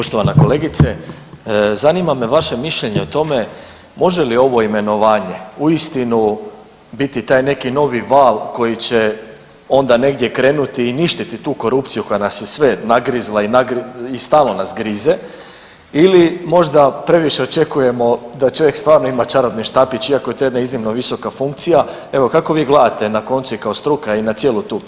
Poštovana kolegice, zanima me vaše mišljenje o tome može li ovo imenovanje uistinu biti taj neki novi val koji će onda negdje krenuti i ništiti tu korupciju koja nas je sve nagrizla i stalno nas grize ili možda previše očekujemo da čovjek stvarno ima čarobni štapić iako je to jedna iznimno visoka funkcija, evo kako vi gledate na koncu i kao struka i na cijelu tu priču?